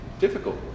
difficult